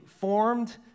formed